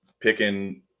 picking